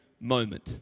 moment